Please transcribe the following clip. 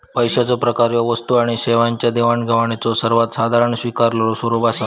पैशाचो प्रकार ह्या वस्तू आणि सेवांच्यो देवाणघेवाणीचो सर्वात साधारण स्वीकारलेलो स्वरूप असा